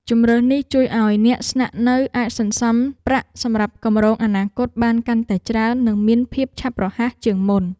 ជម្រើសនេះជួយឱ្យអ្នកស្នាក់នៅអាចសន្សំប្រាក់សម្រាប់គម្រោងអនាគតបានកាន់តែច្រើននិងមានភាពឆាប់រហ័សជាងមុន។